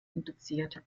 induziert